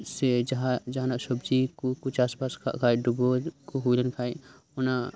ᱥᱮ ᱡᱟᱦᱟᱸ ᱡᱟᱭᱜᱟ ᱡᱟᱦᱟᱱᱟᱜ ᱥᱚᱵᱽᱡᱤ ᱠᱚ ᱠᱚ ᱪᱟᱥ ᱵᱟᱥ ᱠᱟᱜ ᱠᱷᱟᱱ ᱰᱩᱵᱟᱹᱣ ᱠᱚ ᱦᱳᱭ ᱞᱮᱱ ᱠᱷᱟᱱ ᱚᱱᱟ